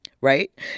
Right